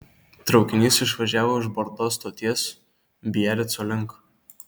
traukinys išvažiavo iš bordo stoties biarico link